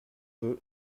peu